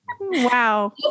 Wow